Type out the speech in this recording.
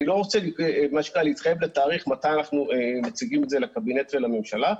אני לא רוצה להתחייב לתאריך מתי אנחנו מציגים את זה לקבינט ולממשלה,